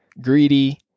greedy